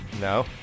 No